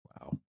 wow